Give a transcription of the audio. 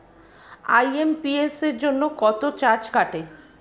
IMPS জন্য কত charge কাটে?